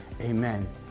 Amen